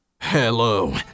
Hello